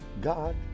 God